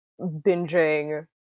binging